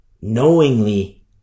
knowingly